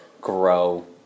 grow